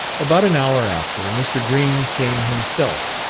about an hour after, mr. green came himself,